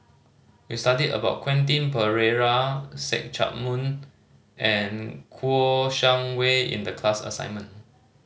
we study about Quentin Pereira See Chak Mun and Kouo Shang Wei in the class assignment